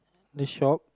the shop